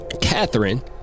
Catherine